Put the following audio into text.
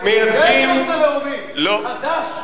זה הקונסנזוס הלאומי, חד"ש.